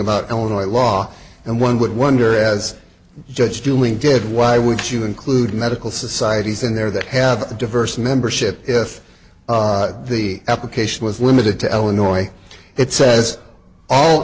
about illinois law and one would wonder as a judge dealing did why would you include medical societies in there that have a diverse membership if the application was limited to illinois it says all